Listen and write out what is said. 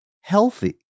healthy